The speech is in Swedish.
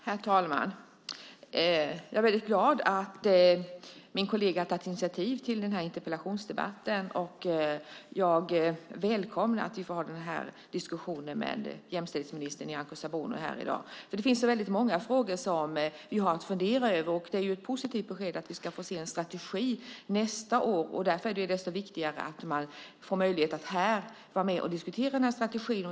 Herr talman! Jag är väldigt glad att min kollega har tagit initiativ till den här interpellationsdebatten. Jag välkomnar att vi får ha den här diskussionen med jämställdhetsminister Nyamko Sabuni i dag. Det finns väldigt många frågor som vi har att fundera över, och det är positivt att veta att vi ska få se en strategi nästa år. Därför är det desto viktigare att man får möjlighet att här vara med och diskutera den strategin.